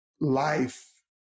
life